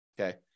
Okay